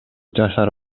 жашар